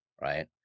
right